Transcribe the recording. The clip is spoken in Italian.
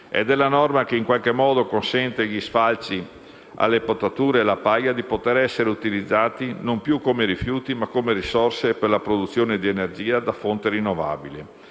è la norma che in qualche modo consente agli sfalci, alle potature e alla paglia di poter essere utilizzati non più come rifiuti, ma come risorse per la produzione di energia da fonte rinnovabile.